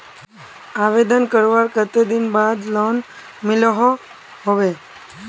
आवेदन करवार कते दिन बाद लोन मिलोहो होबे?